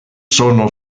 sono